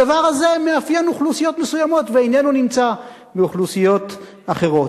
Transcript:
הדבר הזה מאפיין אוכלוסיות מסוימות ואיננו נמצא באוכלוסיות אחרות.